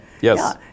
Yes